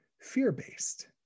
fear-based